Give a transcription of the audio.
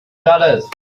dollars